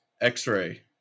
X-Ray